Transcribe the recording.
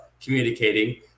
communicating